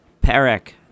Perek